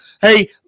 hey